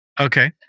Okay